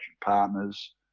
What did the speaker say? partners